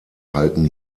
halten